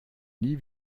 nie